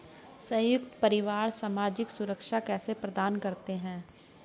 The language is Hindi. संयुक्त परिवार सामाजिक सुरक्षा कैसे प्रदान करते हैं?